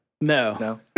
No